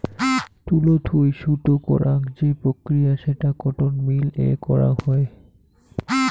তুলো থুই সুতো করাং যে প্রক্রিয়া সেটা কটন মিল এ করাং হই